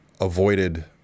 avoided